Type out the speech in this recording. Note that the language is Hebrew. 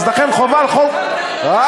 ינאי דיבר על